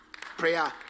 Prayer